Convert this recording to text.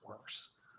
worse